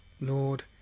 lord